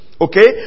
Okay